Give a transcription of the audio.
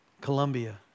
Colombia